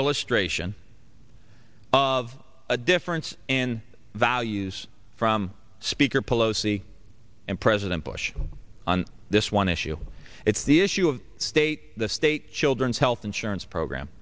illustration of a difference in values from speaker pelosi and president bush on this one issue it's the issue of state the state children's health insurance program